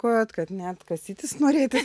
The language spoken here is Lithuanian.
kad kad net kasytis norėtųsi